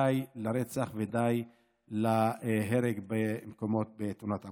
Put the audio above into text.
די לרצח ודי להרג בתאונות עבודה.